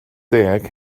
deg